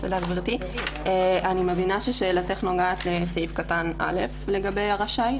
אני מבינה ששאלתך נוגעת לסעיף (א) לגבי הרשאי,